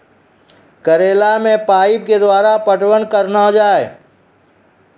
करेला मे पाइप के द्वारा पटवन करना जाए?